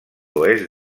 oest